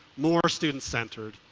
more student-centered.